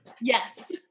Yes